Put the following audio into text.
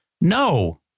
No